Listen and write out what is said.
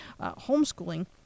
homeschooling